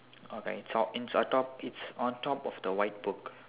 okay so it's on top it's on top of the white book